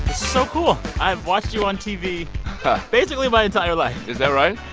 so cool. i've watched you on tv basically my entire life is that right?